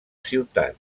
ciutat